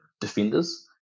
defenders